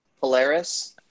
Polaris